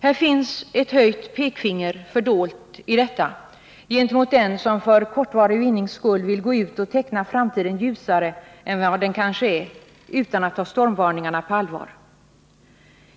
Här finns det ett höjt pekfinger gentemot den som för kortvarig vinnings skull och utan att ta stormvarningarna på allvar vill gå ut och teckna framtiden ljusare än vad den kanske blir.